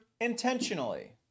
Intentionally